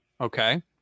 Okay